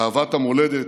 אהבת המולדת,